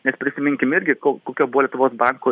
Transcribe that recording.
nes prisiminkim irgi ko kokio buvo lietuvos banko